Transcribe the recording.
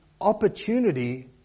opportunity